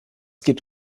gibt